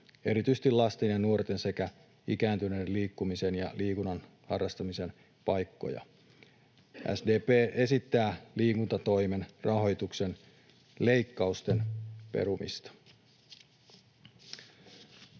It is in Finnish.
erityisesti lasten ja nuorten sekä ikääntyneiden liikkumisen ja liikunnan harrastamisen paikkoja. SDP esittää liikuntatoimen rahoituksen leikkausten perumista.